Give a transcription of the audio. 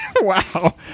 Wow